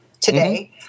today